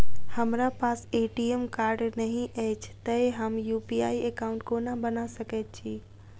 हमरा पास ATM card नहि अछि तए हम यु.पी.आई एकॉउन्ट कोना बना सकैत छी